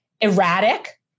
erratic